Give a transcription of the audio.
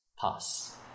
pass